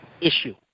issue